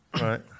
Right